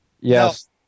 Yes